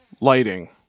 lighting